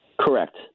Correct